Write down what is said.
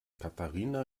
katharina